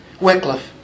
Wycliffe